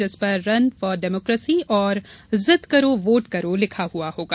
जिसपर run for democracy और जिद करो वोट करो लिखा हुआ होगा